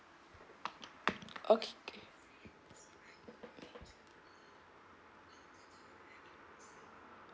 okay